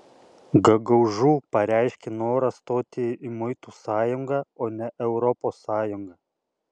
gagaūzų pareiškė norą stoti į muitų sąjungą o ne europos sąjungą